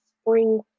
spring